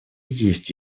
есть